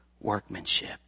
workmanship